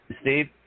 Steve